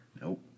Nope